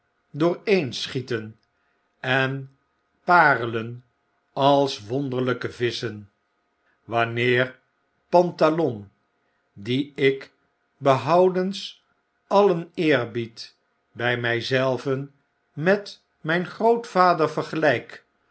dooreen schieten en parelen als wonderlyke visschen wanneer pantalon dien ik behoudens allon eerbied by mij zelven met mp grootvader vergelyk